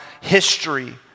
history